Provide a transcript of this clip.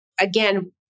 again